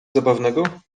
zabawnego